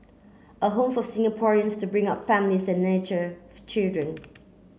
a home for Singaporeans to bring up families and nurture for children